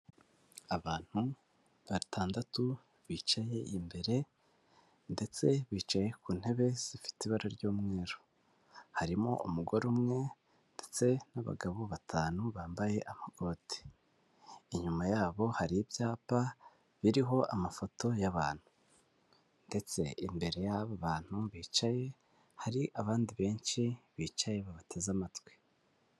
Abantu batandatu bicaye imbere ndetse bicaye ku ntebe zifite ibara ry'umweru, harimo umugore umwe ndetse n'abagabo batanu bambaye amakoti, inyuma yabo hari ibyapa biriho amafoto y'abantu ndetse imbere y'abo bantu bicaye, hari abandi benshi bicaye, babateze amatwi.